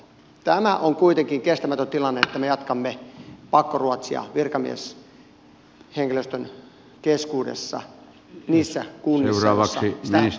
tämä on kuitenkin kestämätön tilanne että me jatkamme pakkoruotsia virkamieshenkilöstön keskuudessa niissä kunnissa missä sitä harvakseltaan tarvitaan